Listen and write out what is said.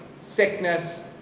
sickness